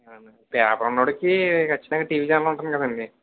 paper ఉన్నోడికి ఖచ్చితంగా TV channel ఉంటుంది కదండీ